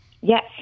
Yes